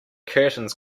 curtains